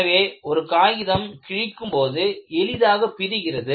எனவே ஒரு காகிதம் கிழிக்கும் போது எளிதாக பிரிகிறது